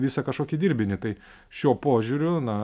visą kažkokį dirbinį tai šiuo požiūriu na